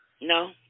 No